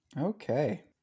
Okay